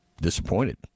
disappointed